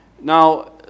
Now